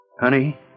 Honey